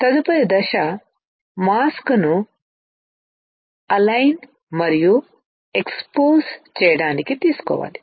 తదుపరి దశ మాస్క్ ను అలైన్ మరియు ఎక్స్పోజ్ చేయడానికి తీసుకోవాలి